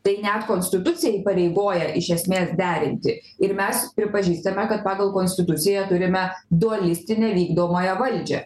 tai net konstitucija įpareigoja iš esmės derinti ir mes pripažįstame kad pagal konstituciją turime dualistinę vykdomąją valdžią